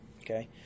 okay